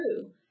true